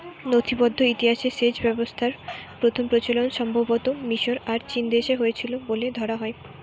নথিবদ্ধ ইতিহাসে সেচ ব্যবস্থার প্রথম প্রচলন সম্ভবতঃ মিশর আর চীনদেশে হইছিল বলে ধরা হয়